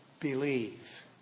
believe